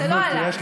זה לא עלה.